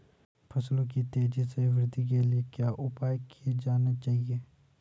फसलों की तेज़ी से वृद्धि के लिए क्या उपाय किए जाने चाहिए?